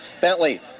Bentley